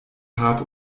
hab